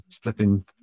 flipping